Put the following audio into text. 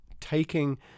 taking